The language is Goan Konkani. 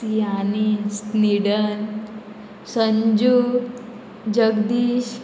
सियानी स्निडन संजू जगदीश